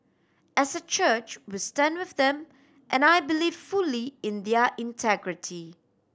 as a church we stand with them and I believe fully in their integrity